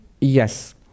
Yes